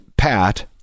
Pat